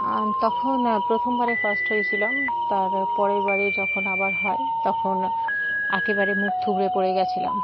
তখন প্রথমবারে ফার্স্ট হয়েছিলাম তার পরের বারে যখন আবার হয় তখন একেবারে মুখ থুবড়ে পড়ে গেছিলাম